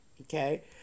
Okay